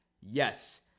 Yes